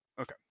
Okay